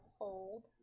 hold